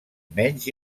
menys